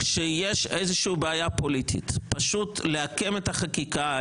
כשיש איזה שהיא בעיה פוליטית פשוט לעקם את החקיקה,